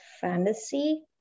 fantasy